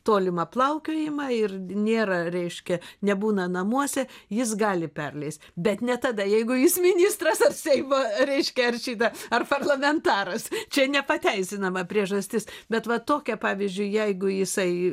tolimą plaukiojimą ir nėra reiškia nebūna namuose jis gali perleist bet ne tada jeigu jis ministras ar seimo reiškia ar šita ar parlamentaras čia nepateisinama priežastis bet va tokia pavyzdžiui jeigu jisai